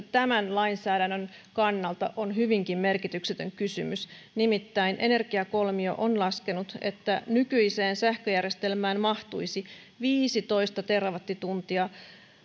tämän lainsäädännön kannalta se on hyvinkin merkityksetön kysymys nimittäin energiakolmio on laskenut että nykyiseen sähköjärjestelmään mahtuisi viisitoista terawattituntia